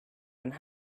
and